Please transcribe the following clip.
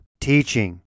teaching